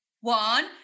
One